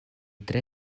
tre